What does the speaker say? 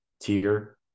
tier